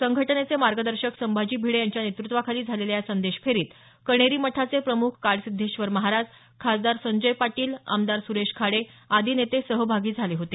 संघटनेचे मार्गदर्शक संभाजी भिडे यांच्या नेतृत्वाखाली झालेल्या या संदेश फेरीत कणेरी मठाचे प्रमुख काडसिद्धेश्वर महाराज खासदार संजय पाटील आमदार सुरेश खाडे आदी नेते सहभागी झाले होते